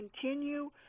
continue